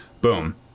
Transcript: Boom